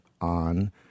on